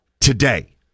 today